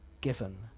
given